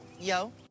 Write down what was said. yo